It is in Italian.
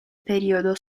periodo